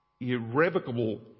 irrevocable